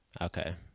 Okay